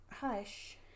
Hush